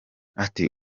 ati